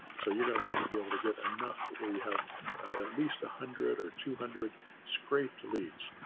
so, you're going to want to be able to get enough where you have at least a hundred or two hundred scraped leads.